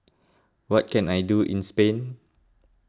what can I do in Spain